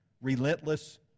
relentless